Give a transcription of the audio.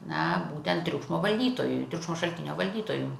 na būtent triukšmo valdytojui triukšmo šaltinio valdytojui